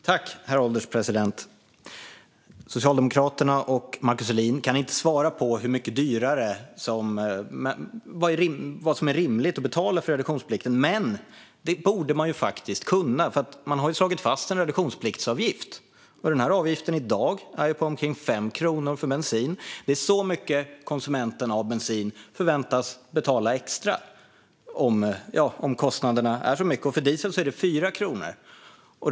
Herr ålderspresident! Socialdemokraterna och Markus Selin kan inte svara på vad som är rimligt att betala för reduktionsplikten. Men det borde man faktiskt kunna, för man har ju slagit fast en reduktionspliktsavgift. Den är i dag omkring 5 kronor för bensin. Det är så mycket konsumenterna av bensin förväntas betala extra, och för diesel är det 4 kronor.